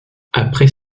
après